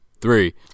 three